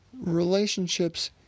Relationships